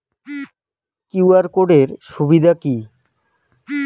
QR code এর সুবিধা কি?